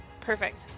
perfect